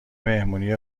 مهمونی